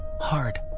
hard